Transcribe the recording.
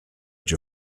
age